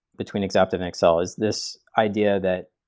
between exaptive and excel, is this idea that,